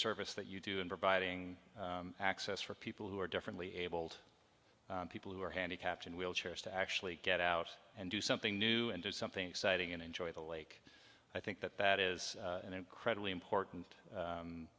service that you do in providing access for people who are differently abled people who are handicapped in wheelchairs to actually get out and do something new and do something exciting and enjoy the lake i think that that is an incredibly important